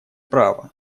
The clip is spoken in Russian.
право